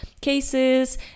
cases